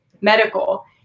medical